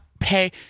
pay